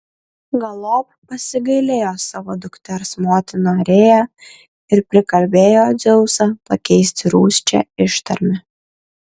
galop pasigailėjo savo dukters motina rėja ir prikalbėjo dzeusą pakeisti rūsčią ištarmę